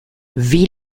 wie